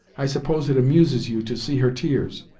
i suppose it amuses you to see her tears.